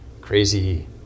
crazy